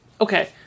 Okay